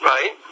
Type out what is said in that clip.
Right